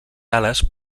ales